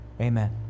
Amen